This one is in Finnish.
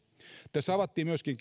tässä keskustelussa avattiin myöskin